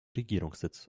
regierungssitz